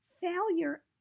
failure